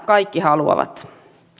kaikki haluavat